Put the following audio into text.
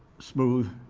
smooth.